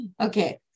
Okay